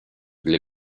для